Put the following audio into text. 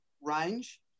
range